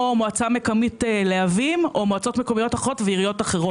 מועצה מקומית להבים או מועצות מקומיות אחרות ועיריות אחרות.